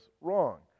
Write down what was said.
wrong